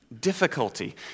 difficulty